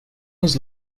was